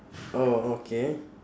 orh okay